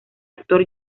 actor